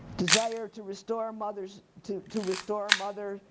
desire to restore mother's, to to restore mother,